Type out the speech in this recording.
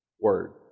word